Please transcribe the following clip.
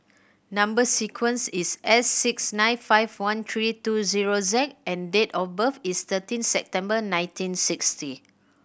number sequence is S six nine five one three two zero Z and date of birth is thirteen September nineteen sixty